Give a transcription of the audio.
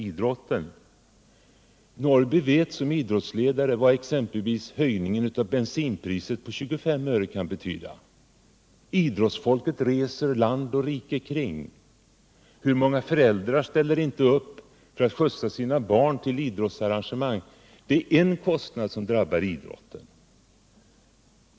Karl-Eric Norrby vet som idrottsledare exempelvis vad höjningen av bensinpriset med 25 öre kan betyda. Idrottsfolket reser land och rike kring. Hur många föräldrar ställer inte upp för att skjutsa sina barn till idrottsarrangemang? Det är en kostnad som drabbar idrotten.